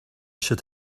should